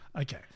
Okay